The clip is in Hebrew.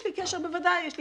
יש לי קשר עם